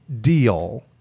deal